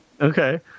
Okay